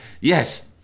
yes